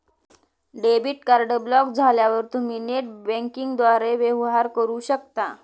debit card block झाल्यावर तुम्ही net बँकिंगद्वारे वेवहार करू शकता